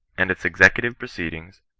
and its executive proceedings,